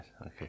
Okay